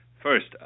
first